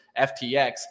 FTX